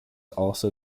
also